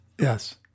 Yes